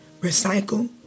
recycle